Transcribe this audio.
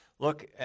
Look